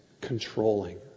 controlling